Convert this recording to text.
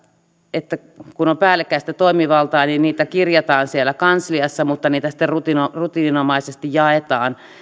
että kun on päällekkäistä toimivaltaa niin tehtäviä kirjataan siellä kansliassa mutta niitä sitten rutiininomaisesti jaetaan